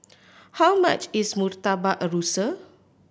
how much is Murtabak Rusa